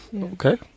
Okay